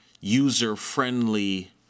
user-friendly